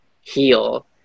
heal